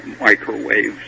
microwaves